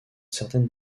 certaines